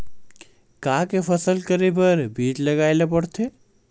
का के फसल करे बर बीज लगाए ला पड़थे?